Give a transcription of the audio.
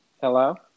Hello